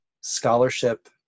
scholarship